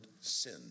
sin